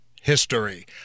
history